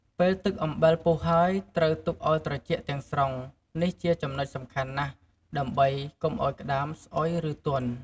ពេលទឹកអំបិលពុះហើយ ត្រូវទុកឲ្យត្រជាក់ទាំងស្រុង នេះជាចំណុចសំខាន់ណាស់ ដើម្បីកុំឲ្យក្តាមស្អុយ ឬទន់។